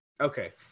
Okay